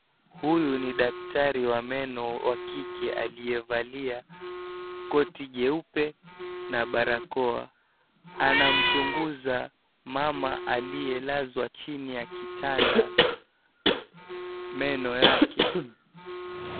Huyu ni daktari wa meno wa kike aliyevalia koti jeupe na barakoa. Anamchunguza mama aliyelazwa chini ya kitanda meno yake.